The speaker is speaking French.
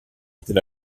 était